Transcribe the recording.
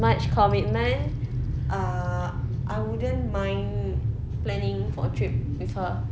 much commitment uh I wouldn't mind planning for a trip with her